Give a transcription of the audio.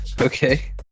Okay